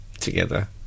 together